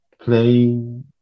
playing